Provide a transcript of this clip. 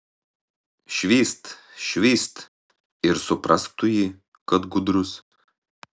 švyst švyst ir suprask tu jį kad gudrus